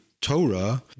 Torah